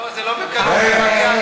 לא, זה לא בקלות, זה מגיע להם.